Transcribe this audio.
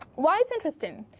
why it's interesting?